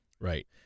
Right